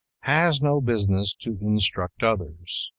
has no business to instruct others.